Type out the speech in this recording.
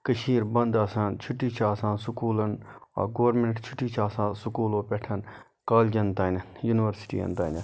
کٔشیٖر بَنٛد آسان چھُٹی چھِ آسان سکوٗلَن گورمِنٛٹ چھُٹی چھِ آسان سکوٗلو پیٚٹھ کالجَن تام یونیوَرسِٹیَن تام